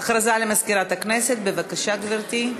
הודעה למזכירת הכנסת, בבקשה, גברתי.